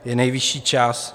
Je nejvyšší čas.